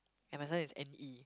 and my surname is N_E